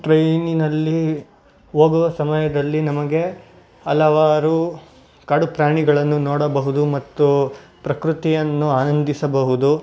ಟ್ರೈನಿನಲ್ಲಿ ಹೋಗುವ ಸಮಯದಲ್ಲಿ ನಮಗೆ ಹಲವಾರು ಕಾಡುಪ್ರಾಣಿಗಳನ್ನು ನೋಡಬಹುದು ಮತ್ತು ಪ್ರಕೃತಿಯನ್ನು ಆನಂದಿಸಬಹುದು